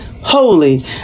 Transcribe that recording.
holy